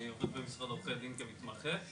אני עובד במשרד עורכי דין כמתמחה,